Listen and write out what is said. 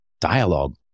dialogue